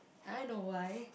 I know why